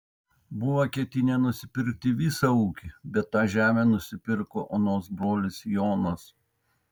buvo ketinę nusipirkti visą ūkį bet tą žemę nusipirko onos brolis jonas